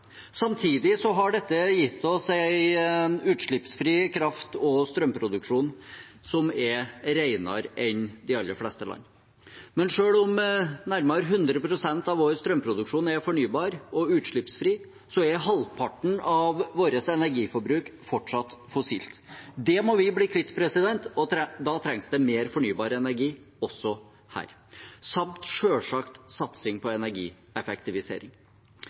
Samtidig har dette gitt oss en utslippsfri kraft- og strømproduksjon som er renere enn i de aller fleste andre land. Men selv om nærmere 100 pst. av vår strømproduksjon er fornybar og utslippsfri, er halvparten av vårt energiforbruk fortsatt fossilt. Det må vi bli kvitt, og da trengs det mer fornybar energi også her, samt selvsagt satsing på energieffektivisering.